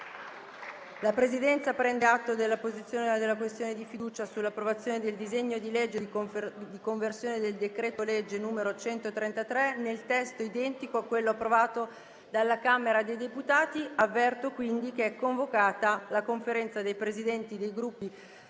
La Presidenza prende atto della posizione della questione di fiducia sull'approvazione del disegno di legge di conversione del decreto-legge n. 133, nel testo identico a quello approvato dalla Camera dei deputati. È convocata la Conferenza dei Capigruppo